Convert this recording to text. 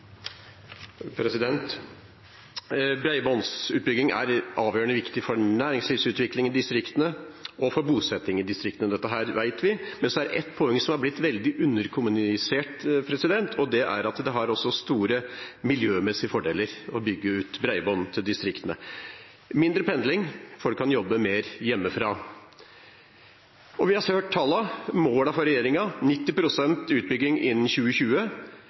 avgjørende viktig for næringslivsutvikling i distriktene og for bosetting i distriktene. Dette vet vi, men så er det ett poeng som er blitt veldig underkommunisert, og det er at det også har store miljømessige fordeler å bygge ut bredbånd til distriktene: mindre pendling, folk kan jobbe mer hjemmefra. Vi har hørt tallene, målene for regjeringen, 90 pst. utbygging innen 2020